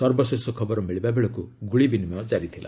ସର୍ବଶେଷ ଖବର ମିଳିବାବେଳକୁ ଗୁଳି ବିନିମୟ ଜାରି ଥିଲା